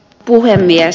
puhemies